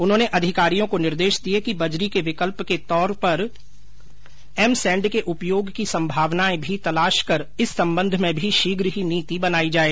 उन्होंने अधिकारियों को निर्देश दिए कि बजरी के विकल्प के तौर पर एम सैण्ड के उपयोग की सम्भावनाएं भी तलाश कर इस सम्बन्ध में भी शीघ्र ही नीति बनाई जाए